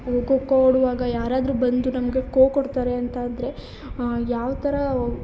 ಕೊ ಕೊಡುವಾಗ ಯಾರಾದರೂ ಬಂದು ನಮಗೆ ಕೊ ಕೊಡ್ತಾರೆ ಅಂತ ಅಂದರೆ ಯಾವ ಥರ